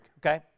Okay